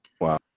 wow